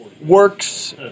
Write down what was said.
works